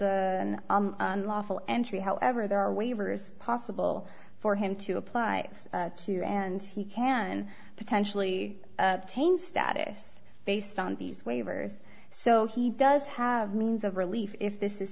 a lawful entry however there are waivers possible for him to apply to and he can potentially change status based on these waivers so he does have means of relief if this